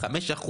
5%,